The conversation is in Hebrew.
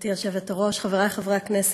גברתי היושבת-ראש, חברי חברי הכנסת,